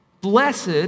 Blessed